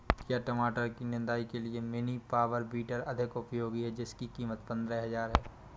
क्या टमाटर की निदाई के लिए मिनी पावर वीडर अधिक उपयोगी है जिसकी कीमत पंद्रह हजार है?